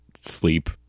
sleep